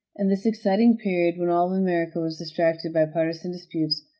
in this exciting period, when all america was distracted by partisan disputes,